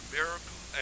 miracle